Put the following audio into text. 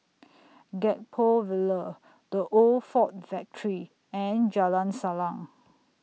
Gek Poh Ville The Old Ford Factory and Jalan Salang